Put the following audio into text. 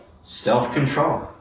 self-control